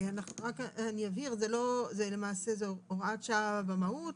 אני אבהיר: למעשה זאת הוראת שעה במהות,